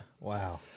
Wow